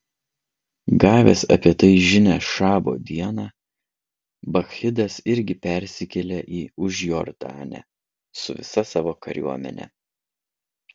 gavęs apie tai žinią šabo dieną bakchidas irgi persikėlė į užjordanę su visa savo kariuomene